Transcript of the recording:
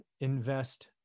invest